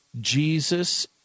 Jesus